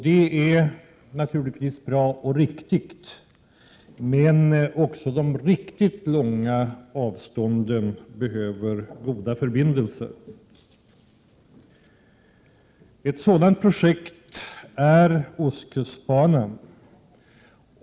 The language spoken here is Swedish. Det är naturligtvis bra och riktigt, men också de verkligt långa avstånden behöver goda förbindelser. Ett sådant projekt är ostkustbanan.